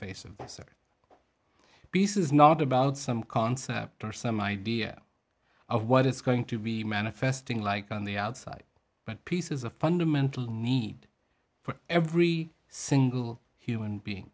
face of such peace is not about some concept or some idea of what it's going to be manifesting like on the outside but peace is a fundamental need for every single human being